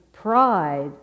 pride